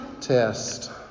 test